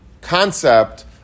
concept